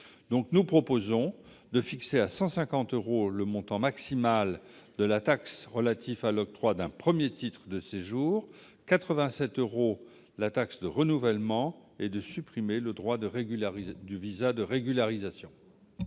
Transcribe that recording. nous proposons de fixer à 150 euros le montant maximal de la taxe relative à l'octroi d'un premier titre de séjour, de fixer à 87 euros celui de la taxe de renouvellement et de supprimer le droit de visa de régularisation.